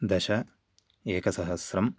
दश एकसहस्रम्